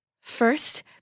First